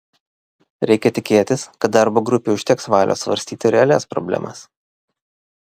reikia tikėtis kad darbo grupei užteks valios svarstyti realias problemas